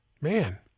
Man